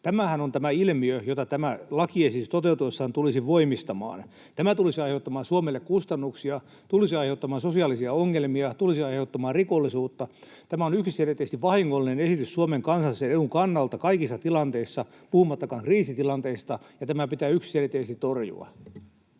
Tämähän on tämä ilmiö, jota tämä lakiesitys toteutuessaan tulisi voimistamaan. Tämä tulisi aiheuttamaan Suomelle kustannuksia, tulisi aiheuttamaan sosiaalisia ongelmia, tulisi aiheuttamaan rikollisuutta. Tämä on yksiselitteisesti vahingollinen esitys Suomen kansallisen edun kannalta kaikissa tilanteissa, puhumattakaan kriisitilanteista, ja tämä pitää yksiselitteisesti torjua.